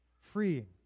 Freeing